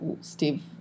Steve